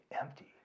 empty